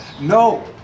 No